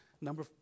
Number